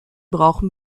brauchen